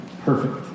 perfect